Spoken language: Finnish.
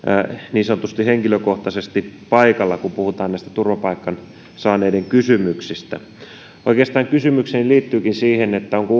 niin sanotusti henkilökohtaisesti paikalla kun puhutaan näistä turvapaikan saaneiden kysymyksistä oikeastaan kysymykseni liittyykin siihen onko